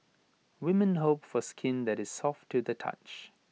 women hope for skin that is soft to the touch